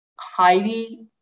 highly